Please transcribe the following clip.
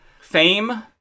fame